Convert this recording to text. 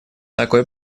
такой